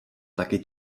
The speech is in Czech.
taky